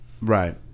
right